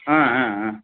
ஆ ஆ ஆ